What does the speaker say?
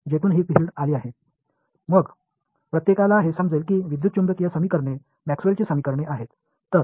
இந்த எலெக்ட்ரோமேக்னெட்டிக்ஸ் சமன்பாடுகள் மேக்ஸ்வெல்லின் Maxwell's சமன்பாடுகள் என்று அனைவருக்கும் தெரியும்